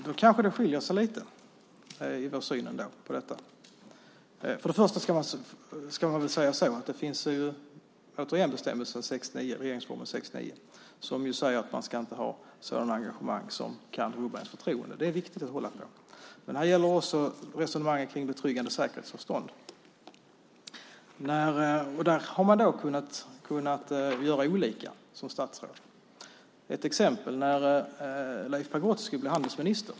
Herr talman! Då kanske våra synsätt skiljer sig lite åt när det gäller detta. Först och främst ska man återigen säga att bestämmelsen i regeringsformen 6 kap. 9 § säger att man inte ska ha sådana engagemang som kan rubba ens förtroende. Det är viktigt att hålla på. Här gäller också resonemanget om betryggande säkerhetsavstånd. Där har man kunnat göra olika som statsråd. Ett exempel är när Leif Pagrotsky blev handelsminister.